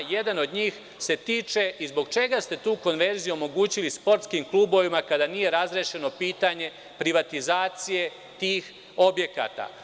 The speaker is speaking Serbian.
Jedan od njih se tiče toga zbog čega ste tu konverziju omogućili sportskim klubovima, kada nije razrešeno pitanje privatizacije tih objekata.